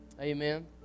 Amen